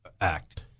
Act